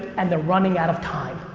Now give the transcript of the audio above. and they're running out of time.